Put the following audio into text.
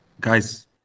guys